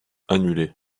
annulée